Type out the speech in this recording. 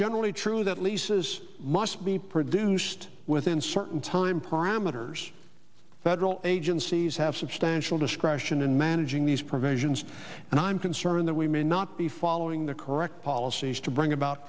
generally true that leases must be produced within certain time parameters that all agencies have substantial discretion in managing these provisions and i'm concerned that we may not be following the correct policies to bring about